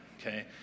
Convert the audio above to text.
okay